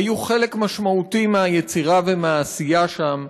היו חלק משמעותי מהיצירה ומהעשייה שם,